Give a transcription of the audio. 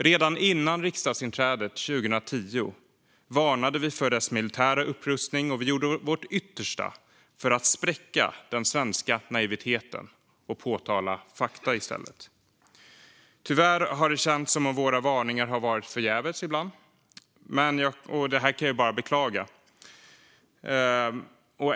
Redan före vårt riksdagsinträde 2010 varnade vi för dess militära upprustning och gjorde vårt yttersta för att spräcka den svenska naiviteten och påpeka fakta. Tyvärr har det ibland känts som om våra varningar varit förgäves. Detta kan jag bara beklaga.